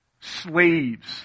Slaves